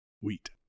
wheat